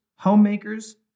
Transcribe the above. homemakers